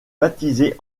baptisée